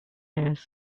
years